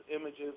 images